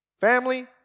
Family